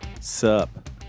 sup